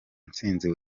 ntsinzi